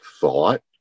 thought